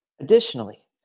Additionally